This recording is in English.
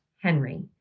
Henry